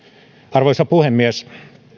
arvoisa puhemies